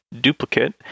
Duplicate